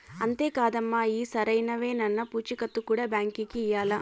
అంతే కాదమ్మ, అయ్యి సరైనవేనన్న పూచీకత్తు కూడా బాంకీకి ఇయ్యాల్ల